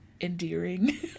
endearing